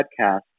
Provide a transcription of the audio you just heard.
podcast